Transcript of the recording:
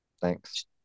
Thanks